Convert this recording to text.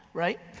right?